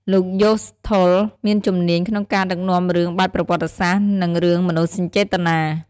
លោក យ៉ូស ថុល មានជំនាញក្នុងការដឹកនាំរឿងបែបប្រវត្តិសាស្ត្រ និងរឿងមនោសញ្ចេតនា។